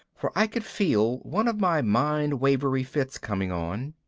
for i could feel one of my mind-wavery fits coming on.